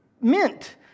mint